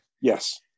yes